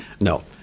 No